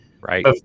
Right